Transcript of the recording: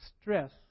stress